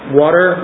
water